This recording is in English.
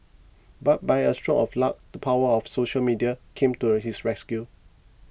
but by a stroke of luck the power of social media came to a his rescue